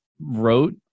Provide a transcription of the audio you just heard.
wrote